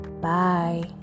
Bye